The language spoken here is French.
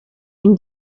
une